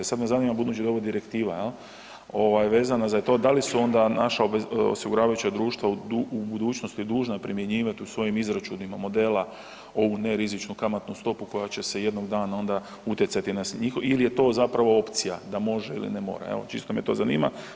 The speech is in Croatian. Sada me zanima budući da je ovo direktiva vezano je za to, da li su onda naša osiguravajuća društva u budućnosti dužna primjenjivati u svojim izračunima modela ovu nerizičnu kamatnu stopu koja će jednog dana utjecati na njih ili je to zapravo opcija da može ili ne mora, čisto me to zanima?